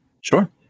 Sure